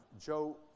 Joe